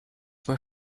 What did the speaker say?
were